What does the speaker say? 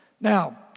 now